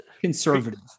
conservative